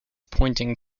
pointing